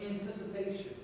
anticipation